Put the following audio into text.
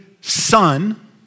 son